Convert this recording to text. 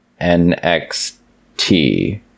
NXT